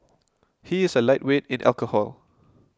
he is a lightweight in alcohol